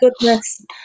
goodness